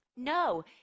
No